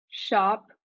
shop